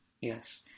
Yes